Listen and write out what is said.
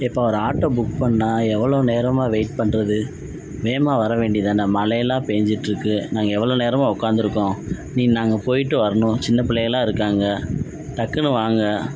அப்பா ஒரு auto book பண்ணுன எவ்வளோ நேரமாக வெயிட் பண்ணுறது வேகமாக வர வேண்டியது தான மழை எல்லாம் பெஞ்சிட்டு இருக்குது நான் எவ்வளோ நேரமாக உட்காந்துருக்கோம் நீ நாங்கள் போய்கிட்டு வரனும் சின்ன பிள்ளையெல்லாம் இருக்காங்க டக்குனு வாங்க